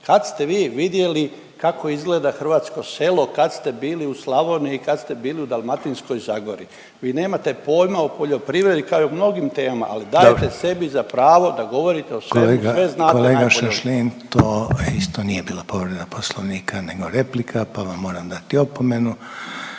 Kad ste vi vidjeli kako izgleda hrvatsko selo, kad ste bili u Slavoniji, kad ste bili u Dalmatinskoj zagori? Vi nemate pojma o poljoprivredi kao i o mnogim temama, …/Upadica Reiner: Dobro./… ali dajete sebi za pravo da govorite o svemu, sve znate najbolje o svemu. **Reiner, Željko (HDZ)** Kolega Šašlin to isto nije bila povreda poslovnika nego replika pa vam moram dati opomenu.